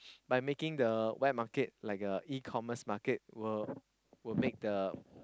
by making the wet market like a E-commerce market will will make the